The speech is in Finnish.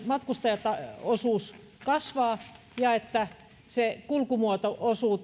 matkustajaosuus kasvaa ja juna kulkumuotona